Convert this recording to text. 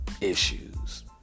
issues